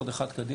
(שקף: